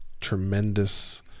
tremendous